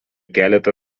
keletą